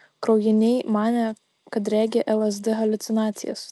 kraujiniai manė kad regi lsd haliucinacijas